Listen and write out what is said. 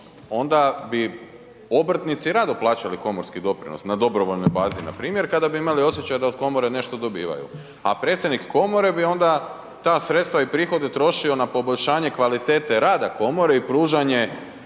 onda bi obrtnici rado plaćali komorski doprinos na dobrovoljnoj bazi npr. kada bi imali osjećaj da od komore nešto dobivaju. A predsjednik komore bi onda ta sredstva i prihode trošio na poboljšanje kvalitete rada komore i pružanje